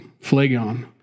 Phlegon